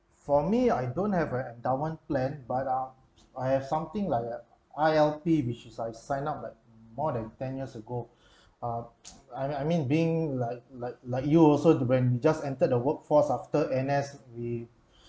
for me I don't have a endownment plan but ah I have something like ah I_L_P which is I sign up like more than ten years ago uh I I mean being like like like you also when we just entered the workforce after N_S we